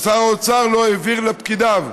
אבל שר האוצר לא העביר לפקידיו,